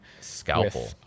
scalpel